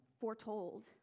foretold